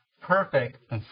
perfect